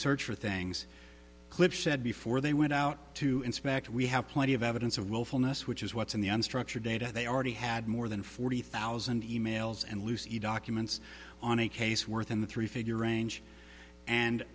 search for things cliff said before they went out to inspect we have plenty of evidence of willfulness which is what's in the unstructured data they already had more than forty thousand e mails and lucy documents on a case worth in the three figure ange and